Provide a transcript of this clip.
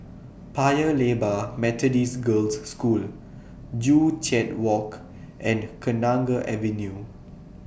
Paya Lebar Methodist Girls' School Joo Chiat Walk and Kenanga Avenue